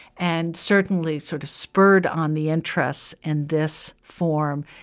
and certainly sort of spurred on the interest and this form,